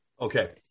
Okay